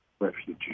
refugees